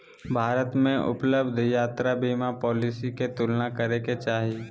भारत में उपलब्ध यात्रा बीमा पॉलिसी के तुलना करे के चाही